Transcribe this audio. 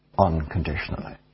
unconditionally